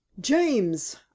James